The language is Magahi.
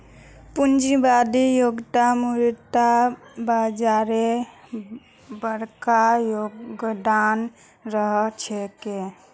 पूंजीवादी युगत मुद्रा बाजारेर बरका योगदान रह छेक